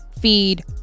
Feed